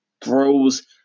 throws